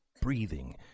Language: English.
breathing